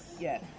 Yes